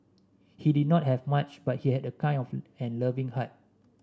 he did not have much but he had a kind of and loving heart